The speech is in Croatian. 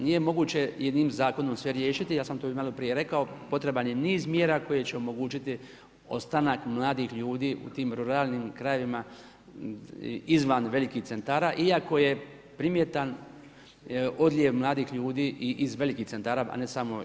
Nije moguće jednim Zakonom sve riješiti, ja sam to i malo prije rekao, potreban je niz mjere koje će omogućiti ostanak mladih ljudi u tim ruralnim krajevima izvan velikih centara iako je primjetan odljev mladih ljudi i iz velikih centara, a ne samo iz rubnih dijelova RH.